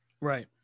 Right